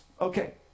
Okay